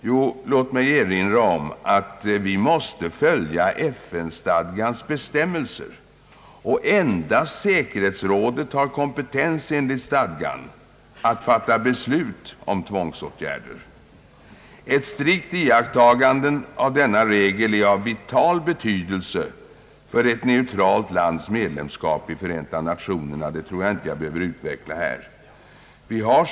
Jo, låt mig erinra om att vi måste följa FN-stadgans bestämmelser. Endast säkerhetsrådet har enligt stadgarna kompetens att fatta beslut om tvångsåtgärder. Ett strängt iakttagande av denna regel är av vital betydelse för ett neutralt lands medlemskap i Förenta Nationerna, det tror jag att jag inte behöver utveckla närmare.